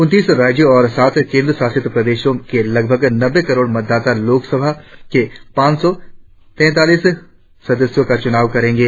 उनतीस राज्यों और सात केंद्र शासित प्रदेशों के लगभग नब्बे करोड़ मतदाता लोकसभा के पांच सौ तैंतालीस सदस्यों का चुनाव करेंगे